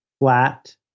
flat